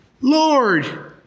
Lord